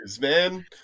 Man